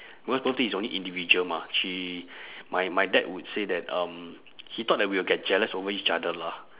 because birthday is only individual mah she my my dad would say that um he thought that we'll get jealous over each other lah